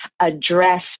address